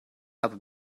aber